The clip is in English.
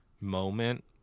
moment